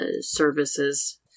services